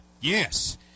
Yes